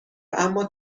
اما